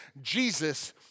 Jesus